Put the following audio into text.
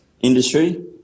industry